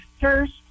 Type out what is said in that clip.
First